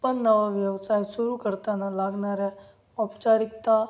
पण नवा व्यवसाय सुरू करताना लागणाऱ्या औपचारिकता